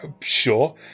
Sure